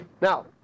Now